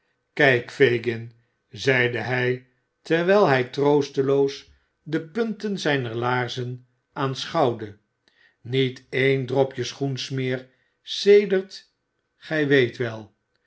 kijk fagin zeide hij terwijl hij troosteloos de punten zijner laarzen aanschouwde niet een dropje schoensmeer sedert gij weet wel